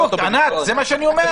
ענת, זה מה שאני אומר.